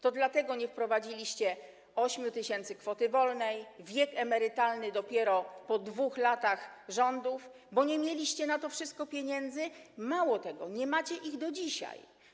To dlatego nie wprowadziliście 8 tys. kwoty wolnej, wiek emerytalny dopiero po 2 latach rządów, bo nie mieliście na to wszystko pieniędzy, mało tego, nie macie ich do dzisiaj.